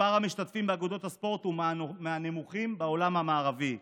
מספר המשתתפים באגודות הספורט הוא מהנמוכים בעולם המערבי.